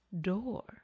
Door